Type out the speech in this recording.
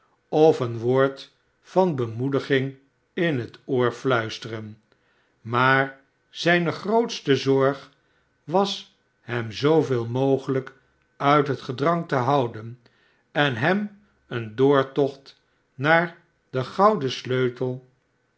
of een woord van bemoediging in het oor fluisteren maar zijne grootste zorg was hem zooveel mogelijk uit het gedrang te houden en hem een doortocht naar de louden sleutel